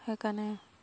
সেইকাৰণে